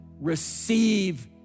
receive